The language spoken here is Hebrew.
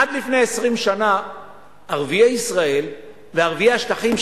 עד לפני 20 שנה ערביי ישראל וערביי השטחים,